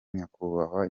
nyakubahwa